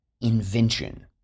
invention